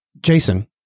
Jason